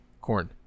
Corn